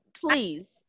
please